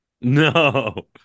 No